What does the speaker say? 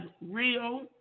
real